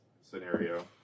scenario